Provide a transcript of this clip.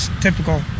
typical